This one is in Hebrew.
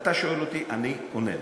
אתה שואל אותי, אני עונה לך.